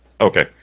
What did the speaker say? Okay